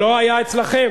לא היה אצלכם,